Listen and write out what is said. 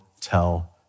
tell